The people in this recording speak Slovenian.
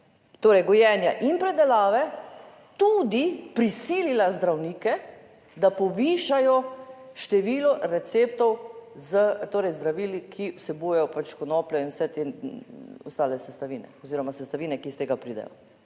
torej gojenja in predelave, tudi prisilila zdravnike, da povišajo število receptov z zdravili, ki vsebujejo konopljo in vse te ostale sestavine oziroma sestavine, ki iz tega pridejo?